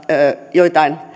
joitain